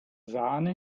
sahne